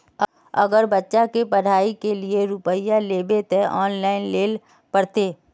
अगर बच्चा के पढ़ाई के लिये रुपया लेबे ते ऑनलाइन लेल पड़ते?